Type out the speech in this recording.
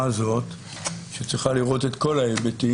הזאת שצריכה לראות את כל ההיבטים,